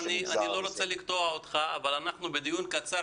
אני לא רוצה לקטוע אותך אבל אנחנו בדיון קצר